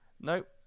nope